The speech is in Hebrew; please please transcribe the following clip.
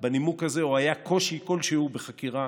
בנימוק הזה או היה קושי כלשהו בחקירה